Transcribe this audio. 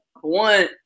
one